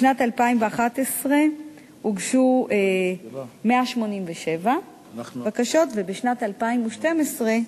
בשנת 2011 הוגשו 187 בקשות ובשנת 2012,